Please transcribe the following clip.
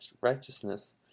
righteousness